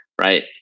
Right